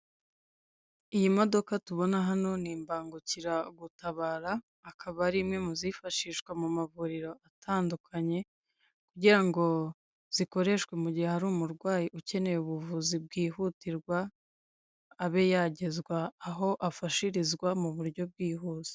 Iyi modoka tubona hano ni imbangukira gutabara, akaba ari imwe muzifashishwa mu mavuriro atandukanye, kugirango zikoreshwe mu gihe hari umurwayi ukeneye ubuvuzi bwihutirwa, abe yagezwa aho afashirizwa mu buryo bwihuse.